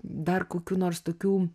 dar kokių nors tokių